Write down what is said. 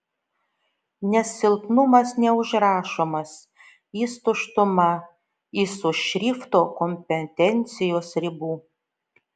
nes silpnumas neužrašomas jis tuštuma jis už šrifto kompetencijos ribų